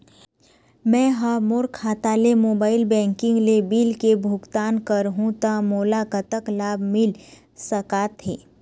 मैं हा मोर खाता ले मोबाइल बैंकिंग ले बिल के भुगतान करहूं ता मोला कतक लाभ मिल सका थे?